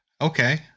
Okay